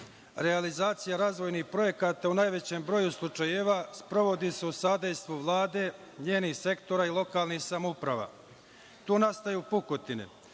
Realizacija razvojnih projekata u najvećem broju slučajeva sprovodi se u sadejstvu Vlade, njenih sektora i lokalnih samouprava. Tu nastaju pukotine,